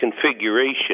configuration